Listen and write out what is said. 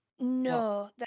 No